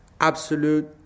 absolute